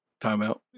timeout